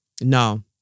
No